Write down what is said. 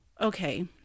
okay